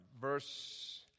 Verse